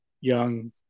young